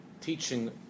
teaching